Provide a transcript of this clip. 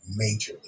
majorly